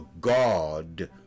God